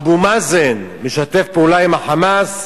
אבו מאזן משתף פעולה עם ה"חמאס",